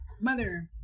mother